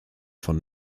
von